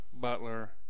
Butler